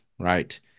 right